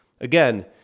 Again